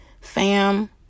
Fam